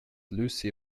lucy